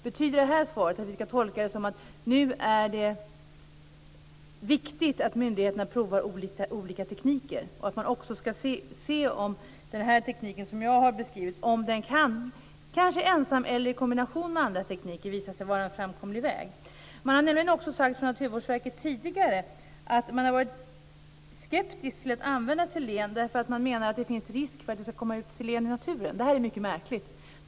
Betyder det här svaret att nu är det viktigt att myndigheterna provar olika tekniker och att man också ska se om den här tekniken som jag har beskrivit kanske ensam eller i kombination med andra tekniker kan visa sig vara en framkomlig väg? Naturvårdsverket har nämligen tidigare sagt att man har varit skeptiskt till att använda selen därför att det finns risk för att det ska komma ut selen i naturen. Detta är mycket märkligt.